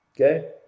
Okay